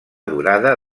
durada